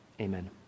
Amen